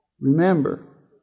remember